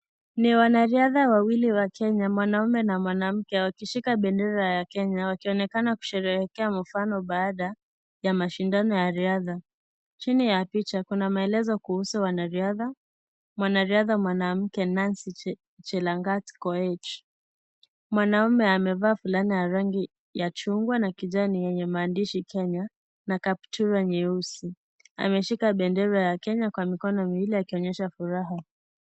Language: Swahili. Ni wanariadha wawili wa Kenya mwanaume na mwanamke wakishika bendera ya Kenya wakionekana kusherehekea mfano baada ya mashindano ya riadha . Chini ya picha kuna maelezo kuhusu wanariadha , mwanariadha mwanamke Nancy Chelangat Koech mwanaume amevaa fulana ya rangi ya chungwa na kijani yenye maandishi Kenya na kaptura nyeusi . Ameshika bendera ya Kenya kwa mikono miwili akionyesha furaha.